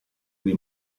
dei